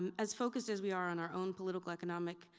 um as focused as we are on our own political, economic,